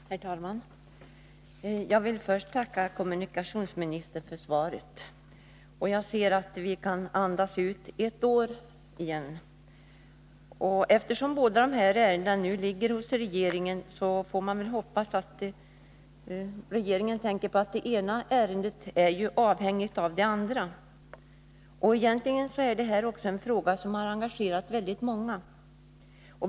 Herr talman! Jag vill först tacka kommunikationsministern för svaret, av vilket framgår att vi kan andas ut ett år igen. Eftersom båda ärendena nu ligger hos regeringen, får vi hoppas att regeringen tänker på att det ena ärendet är avhängigt av det andra. Den av mig aktualiserade frågan har engagerat många.